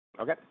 Okay